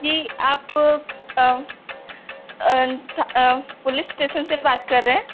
जी आप police station से बात कर रहें